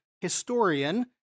historian